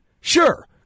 Sure